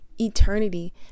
eternity